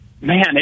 Man